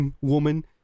woman